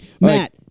Matt